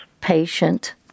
patient